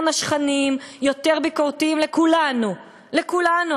יותר נשכניים, יותר ביקורתיים, לכולנו, לכולנו.